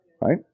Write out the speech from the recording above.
Right